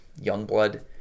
Youngblood